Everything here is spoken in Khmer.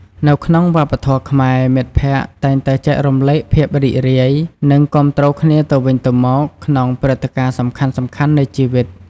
នៅក្នុងវប្បធម៌ខ្មែរ មិត្តភក្តិតែងតែចែករំលែកភាពរីករាយ និងគាំទ្រគ្នាទៅវិញទៅមកក្នុងព្រឹត្តិការណ៍សំខាន់ៗនៃជីវិត។